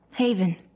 Haven